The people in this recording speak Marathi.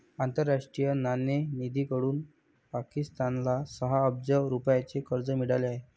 आंतरराष्ट्रीय नाणेनिधीकडून पाकिस्तानला सहा अब्ज रुपयांचे कर्ज मिळाले आहे